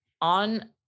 on